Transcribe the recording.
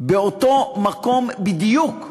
באותו מקום בדיוק,